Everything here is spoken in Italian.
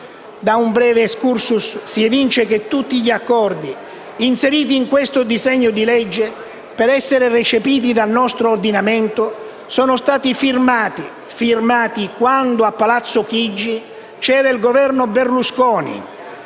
Da un breve *excursus* si evince che tutti gli accordi inseriti in questo disegno di legge per essere recepiti nel nostro ordinamento sono stati firmati quando a Palazzo Chigi c'era il Governo Berlusconi,